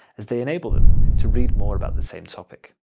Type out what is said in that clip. as they enable them to read more about the same topic.